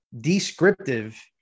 descriptive